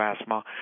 asthma